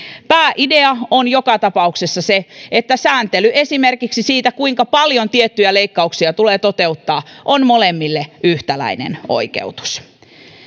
pääidea on joka tapauksessa se että sääntely esimerkiksi siitä kuinka paljon tiettyjä leikkauksia tulee toteuttaa on molemmille yhtäläinen oikeutus